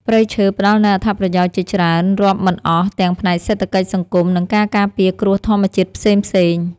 ព្រៃឈើផ្តល់នូវអត្ថប្រយោជន៍ជាច្រើនរាប់មិនអស់ទាំងផ្នែកសេដ្ឋកិច្ច សង្គម និងការការពារគ្រោះធម្មជាតិផ្សេងៗ។